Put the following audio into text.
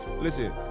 Listen